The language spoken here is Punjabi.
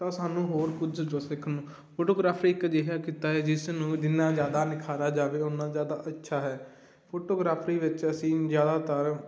ਤਾਂ ਸਾਨੂੰ ਹੋਰ ਕੁਝ ਜੋ ਸਿੱਖਣ ਨੂੰ ਫੋਟੋਗ੍ਰਾਫੀ ਇੱਕ ਅਜਿਹਾ ਕਿੱਤਾ ਹੈ ਜਿਸ ਨੂੰ ਜਿੰਨਾ ਜ਼ਿਆਦਾ ਨਿਖਾਰਾ ਜਾਵੇ ਉਨ੍ਹਾਂ ਜ਼ਿਆਦਾ ਅੱਛਾ ਹੈ ਫੋਟੋਗ੍ਰਾਫਰੀ ਵਿੱਚ ਅਸੀਂ ਜ਼ਿਆਦਾਤਰ